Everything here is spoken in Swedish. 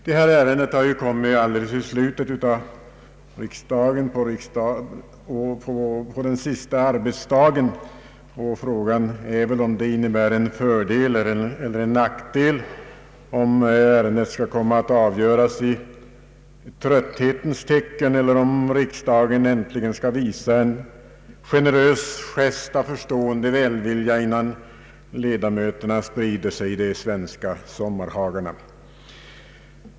Detta ärende har ju kommit på riksdagens bord alldeles i slutet av vårsessionen, t.o.m. på den sista arbetsdagen. Det är ovisst om det innebär en fördel eller en nackdel, om ärendet skall komma att avgöras i trötthetens tecken eller om riksdagen äntligen skall visa en generös gest av förstående välvilja, innan ledamöterna sprider sig i de svenska sommarhagarna.